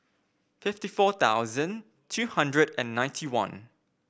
fifty four thousand two hundred and ninety one